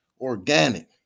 organic